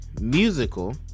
musical